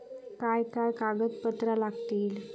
काय काय कागदपत्रा लागतील?